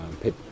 pit